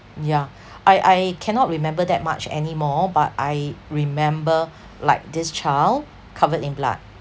yeah I I cannot remember that much anymore but I remember like this child covered in blood